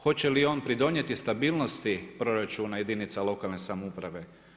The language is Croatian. Hoće li on pridonijeti stabilnosti proračuna jedinica lokalne samouprave?